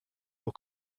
will